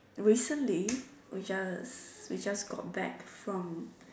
recently we just we just got back from